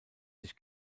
sich